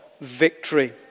victory